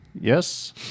Yes